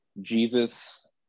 Jesus